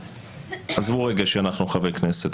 עזבו רגע שאנחנו חברי כנסת,